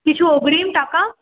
কিছু অগ্রিম টাকা